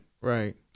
Right